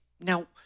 Now